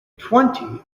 twente